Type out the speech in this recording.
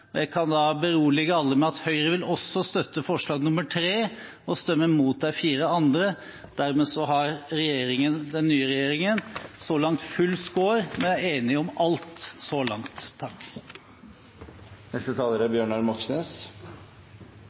Jeg kan da berolige alle med at også Høyre vil støtte forslag nr. 3 og stemme mot de fire andre. Dermed har den nye regjeringen så langt full score – vi er enige om alt så langt. Regjeringens plattform er